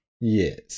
Yes